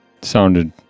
sounded